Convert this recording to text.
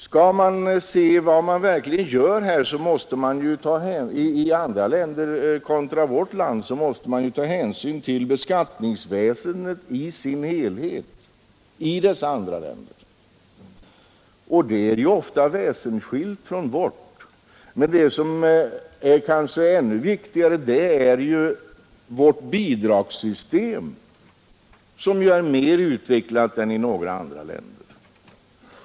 Skall man se vad som verkligen görs i andra länder kontra vårt land måste man ju ta hänsyn till beskattningssystemet i dess helhet i dessa andra länder, och det är ju ofta väsensskilt från vårt. Men ännu viktigare är kanske vårt bidragssystem, som är mer utvecklat än några andra länders.